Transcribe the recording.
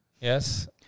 Yes